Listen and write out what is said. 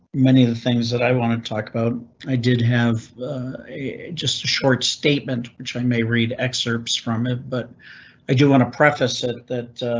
many of the things that i want to talk about. i did have a just a short statement which i may read excerpts from it, but i do want to preface it that.